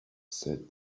said